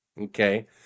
okay